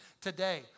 today